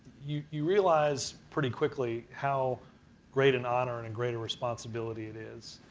you you realize pretty quickly how great an honor and and great a responsibility it is.